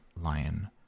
lion